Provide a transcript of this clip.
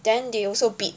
then they also bid